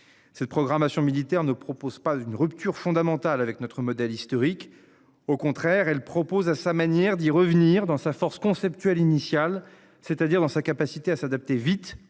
Cette programmation militaire ne propose pas une rupture fondamentale avec notre modèle historique. Au contraire, elle propose à sa manière d'y revenir, dans sa force conceptuelle initiale, c'est-à-dire dans sa capacité à s'adapter vite